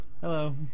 Hello